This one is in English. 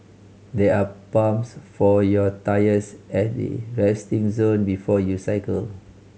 there are pumps for your tyres at the resting zone before you cycle